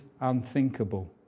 unthinkable